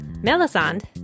Melisande